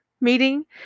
meeting